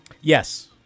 yes